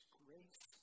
grace